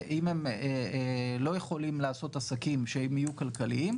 אם הם לא יכולים לעשות עסקים שהם יהיו כלכליים,